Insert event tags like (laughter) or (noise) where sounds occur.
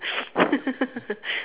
(laughs)